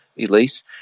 Elise